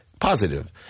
positive